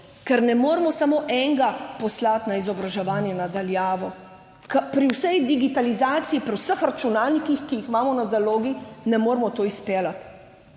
ker ne moremo samo enega poslati na izobraževanje na daljavo. Pri vsej digitalizaciji, pri vseh računalnikih, ki jih imamo na zalogi, ne moremo tega izpeljati!